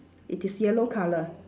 it is yellow colour